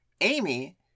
Amy